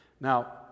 Now